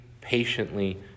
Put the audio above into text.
patiently